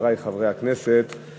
חברי חברי הכנסת,